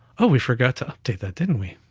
ah we forgot to update that, didn't we?